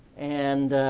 and